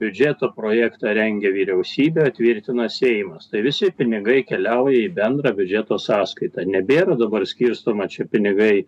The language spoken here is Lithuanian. į biudžeto projektą rengia vyriausybė tvirtina seimas tai visi pinigai keliauja į bendrą biudžeto sąskaitą nebėga dabar skirstoma čia pinigai